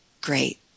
great